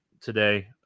today